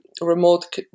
remote